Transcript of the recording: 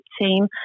team